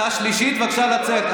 אתה בשלישית, בבקשה לצאת.